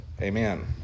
Amen